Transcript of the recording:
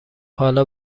حالا